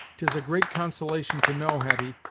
tis a great consolation to know, hetty,